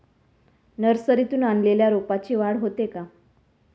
नर्सरीतून आणलेल्या रोपाची वाढ होते का?